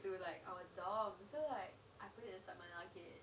it will like our dog because like I put it at 怎么样 K